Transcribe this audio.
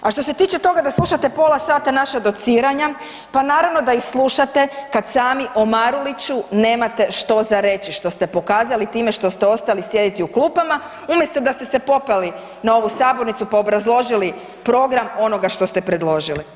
A što se tiče toga da slušate pola sata naša dociranja, pa naravno da ih slušate kad sami o Maruliću nemate što za reći što ste pokazali time što ste ostali sjediti u klupama umjesto da ste se popeli na ovu sabornicu pa obrazložili program onoga što ste predložili.